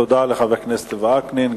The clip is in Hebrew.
תודה לחבר הכנסת וקנין,